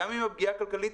גם עם הפגיעה כלכלית.